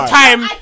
time